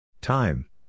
Time